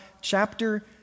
chapter